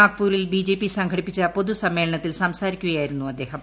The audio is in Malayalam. നാഗ്പൂരിൽ ബി ജെ പി സംഘടിപ്പിച്ച പൊതുസമ്മേളനത്തിൽ സംസാരിക്കുകയായിരുന്നു അദ്ദേഹം